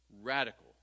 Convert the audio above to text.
radical